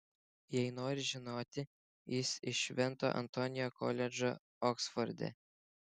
jei nori žinoti jis iš švento antonio koledžo oksforde